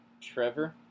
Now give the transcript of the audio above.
Trevor